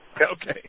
Okay